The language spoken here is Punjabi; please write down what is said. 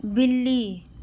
ਬਿੱਲੀ